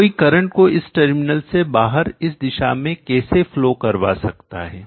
कोई करंट को इस टर्मिनल से बाहर इस दिशा में कैसे फ्लो करवा सकता है